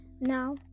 now